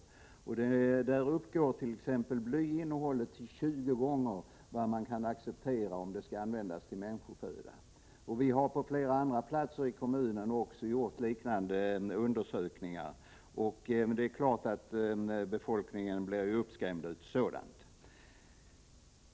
I dessa prover uppgår t.ex. blyinnehållet till halter som ligger 20 gånger högre än vad som är acceptabelt vid användning som människoföda. Det har också gjorts liknande undersökningar på andra platser i kommunen. Det är klart att befolkningen blir uppskrämd av sådana rapporter.